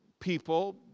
people